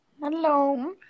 Hello